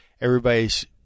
everybody's